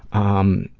um,